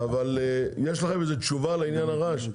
אבל יש לכם איזו תשובה לעניין הרעש?